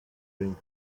drink